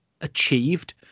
achieved